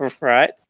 right